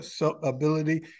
ability